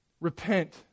Repent